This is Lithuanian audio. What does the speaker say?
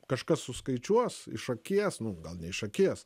kažkas suskaičiuos iš akies nu gal ne iš akies